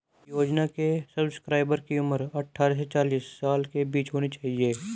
योजना के सब्सक्राइबर की उम्र अट्ठारह से चालीस साल के बीच होनी चाहिए